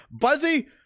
buzzy